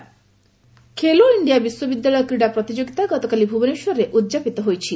Khelo India Khelo India ବିଶ୍ୱବିଦ୍ୟାଳୟ କ୍ରୀଡ଼ା ପ୍ରତିଯୋଗିତା ଗତକାଲି ଭୁବନେଶ୍ୱରଠାରେ ଉଦ୍ଯାପିତ ହୋଇଛି